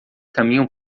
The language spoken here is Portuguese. caminham